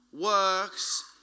works